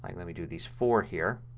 like let me do these four here,